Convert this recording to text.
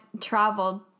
traveled